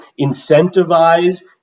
incentivize